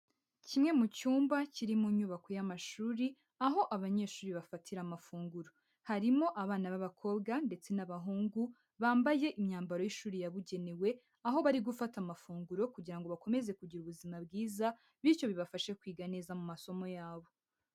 Kimwe mu cyumba kiri mu nyubako y'amashuri, aho abanyeshuri bafatira amafunguro. Harimo abana b'abakobwa ndetse n'abahungu bambaye imyambaro y'ishuri yabugenewe, aho bari gufata amafunguro kugira ngo bakomeze kugira ubuzima bwiza, bityo bibafashe kwiga neza mu masomo yabo.